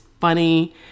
funny